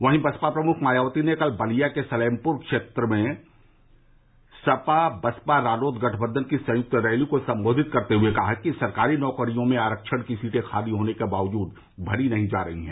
वहीं बसपा प्रमुख मायावती ने कल बलिया के सलेमपुर क्षेत्र में सपा बसपा रालोद गठबंधन की संयुक्त रैली को संबोधित करते हुए कहा कि सरकारी नौकरियों में आरक्षण की सीटें खाली होने के बावजूद भरी नहीं जा रही है